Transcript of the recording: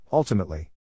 Ultimately